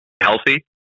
healthy